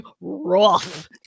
rough